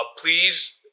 please